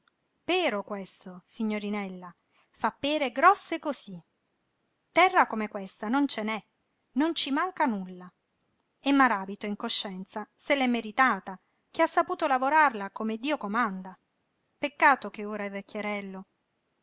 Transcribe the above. pero questo signorinella fa pere grosse cosí terra come questa non ce n'è non ci manca nulla e maràbito in coscienza se l'è meritata che ha saputo lavorarla come dio comanda peccato che ora è vecchierello